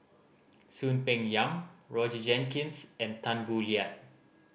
Soon Peng Yam Roger Jenkins and Tan Boo Liat